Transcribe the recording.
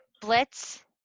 blitz